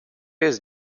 jest